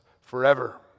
forever